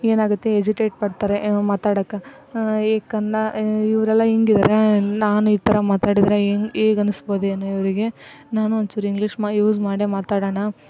ಏನಾಗುತ್ತೆ ಎಜಿಟೇಟ್ ಪಡ್ತಾರೆ ಮಾತಾಡಕ್ಕೆ ಏಯ್ ಕನ್ನಡ ಇವರೆಲ್ಲ ಹಿಂಗಿದರೆ ನಾನು ಈ ಥರ ಮಾತಾಡಿದರೆ ಹೆಂಗ್ ಹೇಗ್ ಅನ್ನಿಸ್ಬೋದೇನೊ ಇವರಿಗೆ ನಾನೂ ಒಂಚೂರು ಇಂಗ್ಲೀಷ್ ಮಾ ಯೂಸ್ ಮಾಡೇ ಮಾತಾಡೋಣ